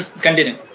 Continue